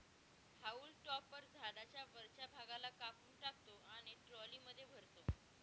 haulm topper झाडाच्या वरच्या भागाला कापून टाकतो आणि ट्रॉलीमध्ये भरतो